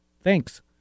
Thanks